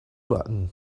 button